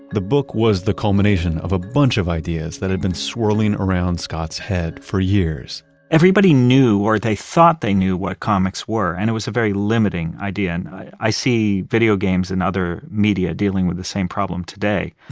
the book was the culmination of a bunch of ideas that had been swirling around scott's head for years everybody knew or they thought they knew what comics were, and it was a very limiting idea. and i see video games and other media dealing with the same problem today,